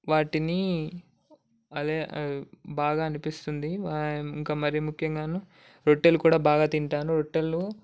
వాటిని అదే బాగా అనిపిస్తుంది ఇంకా మరి ముఖ్యంగా రొట్టెలు కూడా బాగా తింటాను రొట్టెలు